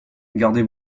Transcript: gardez